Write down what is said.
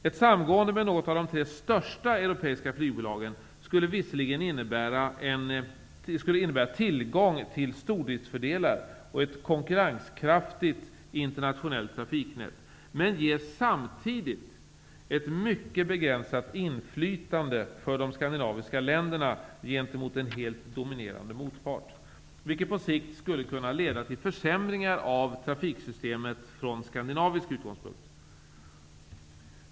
Ett samgående med något av de tre största europeiska flygbolagen skulle visserligen innebära tillgång till stordriftsfördelar och ett konkurrenskraftigt internationellt trafiknät, men ger samtidigt ett mycket begränsat inflytande för de skandinaviska länderna gentemot en helt dominerande motpart, vilket på sikt skulle kunna leda till försämringar av trafiksystemet från skandinavisk utgångspunkt.